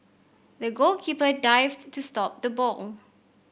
the goalkeeper dived to stop the ball